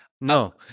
No